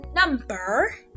number